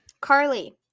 Carly